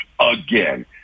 again